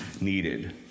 needed